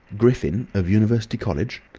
griffin, of university college?